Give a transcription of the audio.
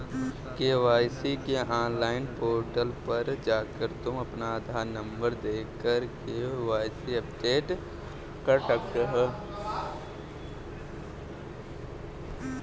KYC के online portal पर जाकर तुम अपना आधार नंबर देकर के.वाय.सी अपडेट कर सकते हो